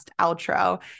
outro